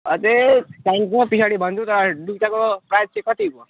अझै चाहिन्छ पछाडि भन्छु त अहिले दुईवटाको प्राइस चाहिँ कतिको